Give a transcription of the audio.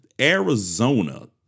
Arizona